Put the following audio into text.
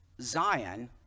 Zion